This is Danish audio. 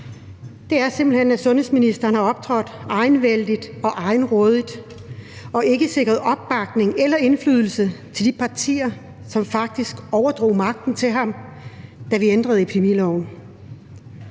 er simpelt hen, at sundhedsministeren har optrådt enevældigt og egenrådigt og ikke sikret opbakning eller indflydelse til de partier, som faktisk overdrog magten til ham, da vi ændrede epidemiloven.